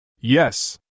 Yes